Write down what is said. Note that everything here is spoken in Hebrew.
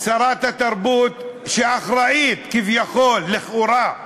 שרת התרבות, שאחראית כביכול, לכאורה,